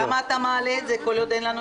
אז למה אתה מעלה את זה כל עוד אין לנו